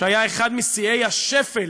שהיה אחד משיאי השפל